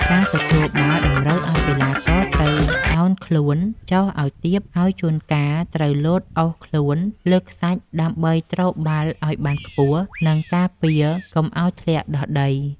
ការទទួលបាល់តម្រូវឱ្យកីឡាករត្រូវឱនខ្លួនចុះឱ្យទាបហើយជួនកាលត្រូវលោតអូសខ្លួនលើខ្សាច់ដើម្បីទ្របាល់ឱ្យបានខ្ពស់ និង ការពារកុំឱ្យធ្លាក់ដល់ដី។